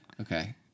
Okay